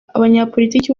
abanyapolitiki